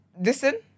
listen